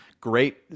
Great